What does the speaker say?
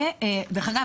אגב,